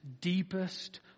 deepest